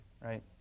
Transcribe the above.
right